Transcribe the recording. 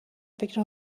فکر